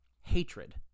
hatred